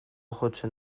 jotzen